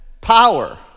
power